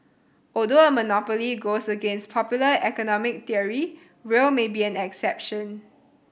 although a monopoly goes against popular economic theory rail may be an exception